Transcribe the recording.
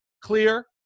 clear